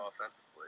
offensively